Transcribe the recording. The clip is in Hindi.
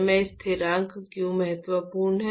समय स्थिरांक क्यों महत्वपूर्ण है